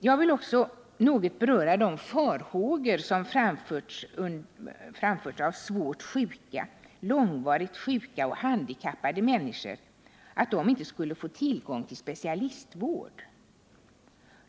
Jag vill också något beröra de farhågor som framförts om att svårt och långvarigt sjuka samt handikappade människor inte skulle få tillgång till specialistvård.